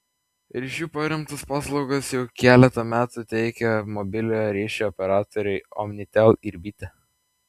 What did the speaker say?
ryšiu paremtas paslaugas jau keletą metų teikia mobiliojo ryšio operatoriai omnitel ir bitė